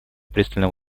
пристально